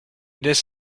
this